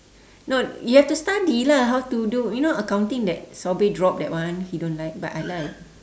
no you have to study lah how to do you know accounting that sobri drop that one he don't like but I like